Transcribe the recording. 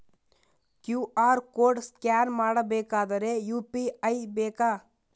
QR code scan ಮಾಡಬೇಕಾದರೆ UPI ಬೇಕಾ?